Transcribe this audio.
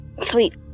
Sweet